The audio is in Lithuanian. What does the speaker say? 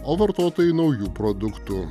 o vartotojai naujų produktų